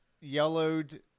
yellowed –